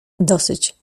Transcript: dosyć